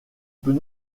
peut